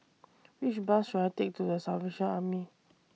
Which Bus should I Take to The Salvation Army